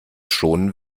schonen